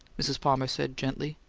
mrs. palmer said, gently.